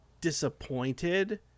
disappointed